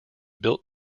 built